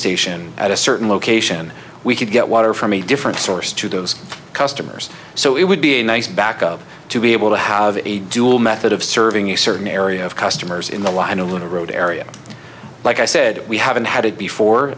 station at a certain location we could get water from a different source to those customers so it would be a nice backup to be able to have a dual method of serving a certain area of customers in the line a little road area like i said we haven't